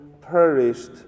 perished